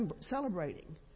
celebrating